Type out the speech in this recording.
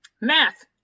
Math